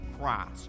christ